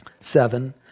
seven